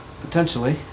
potentially